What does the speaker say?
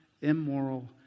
immoral